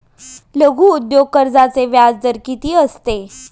लघु उद्योग कर्जाचे व्याजदर किती असते?